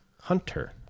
hunter